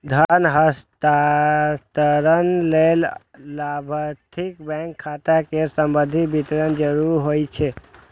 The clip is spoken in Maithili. धन हस्तांतरण लेल लाभार्थीक बैंक खाता सं संबंधी विवरण जरूरी होइ छै